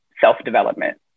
self-development